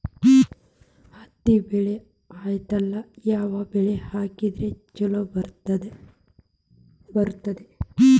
ಹತ್ತಿ ಬೆಳೆ ಆದ್ಮೇಲ ಯಾವ ಬೆಳಿ ಹಾಕಿದ್ರ ಛಲೋ ಬರುತ್ತದೆ?